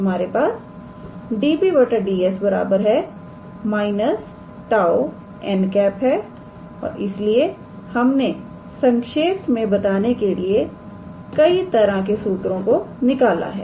तो हमारे पास 𝑑𝑏̂ 𝑑𝑠 −𝜁𝑛̂ है और इसलिए हमने संक्षेप में बताने के लिए कई तरह के सूत्रों को निकाला है